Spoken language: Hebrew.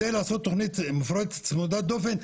על מנת לעשות תכנית מפורטת צמודות דופן,